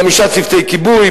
חמישה צוותי כיבוי,